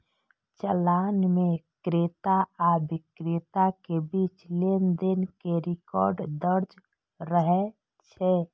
चालान मे क्रेता आ बिक्रेता के बीच लेनदेन के रिकॉर्ड दर्ज रहै छै